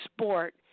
sport